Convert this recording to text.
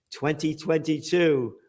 2022